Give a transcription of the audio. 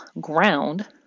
ground